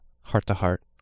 heart-to-heart